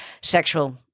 sexual